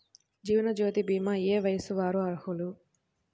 జీవనజ్యోతి భీమా ఏ వయస్సు వారు అర్హులు?